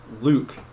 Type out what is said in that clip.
Luke